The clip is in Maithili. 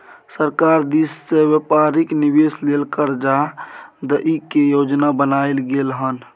सरकार दिश से व्यापारिक निवेश लेल कर्जा दइ के योजना बनाएल गेलइ हन